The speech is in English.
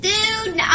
Dude